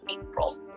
April